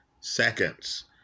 seconds